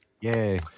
yay